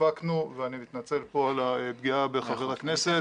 הפקנו ואני מתנצל פה על הפגיעה בחבר הכנסת.